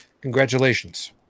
congratulations